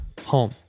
home